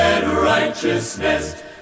Righteousness